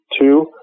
two